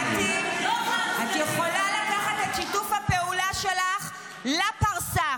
קטי, את יכולה לקחת את שיתוף הפעולה שלך לפרסה.